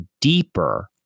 deeper